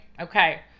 Okay